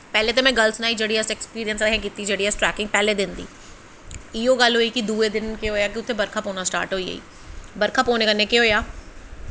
पैह्लें ते में गल्ल सनाई जेह्ड़ी असें ऐक्सपिरिंस असें कीती जेह्ड़ी असें ट्रैकिंग पैह्ले दिन दी इयो गल्ल होई कि दुए दिन केह् होआ कि उत्थै बरखा पौना स्टार्ट होई गेई बरखा पौने कन्नै केह् होआ